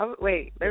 Wait